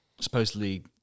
supposedly